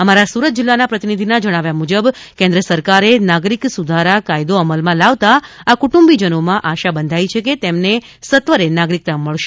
અમારા સુરતના પ્રતિનિધિના જણાવ્યા મુજબ કેન્મ સરકારે નાગરીક સુધારા કાયદો અમલમાં લાવતા આ કુટુંબીજનોમાં આશા બંધાઈ છેકે તેમને સત્વરે નાગરીક્તા મળશે